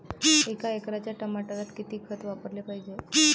एका एकराच्या टमाटरात किती खत वापराले पायजे?